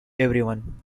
everyone